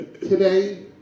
Today